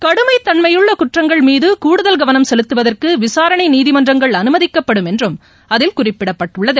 கடுமைத்தன்மையுள்ளகுற்றங்கள் மீதுகூடுதல் கவனம் செலுத்துவதற்குவிசாரணைநீதிமன்றங்கள் அனுமதிக்கப்படும் என்றும் அதில் குறிப்பிடப்பட்டுள்ளது